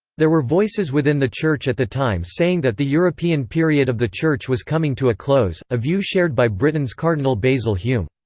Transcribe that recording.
there were voices within the church at the time saying that the european period of the church was coming to a close, a view shared by britain's cardinal basil hume.